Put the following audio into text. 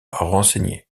renseigner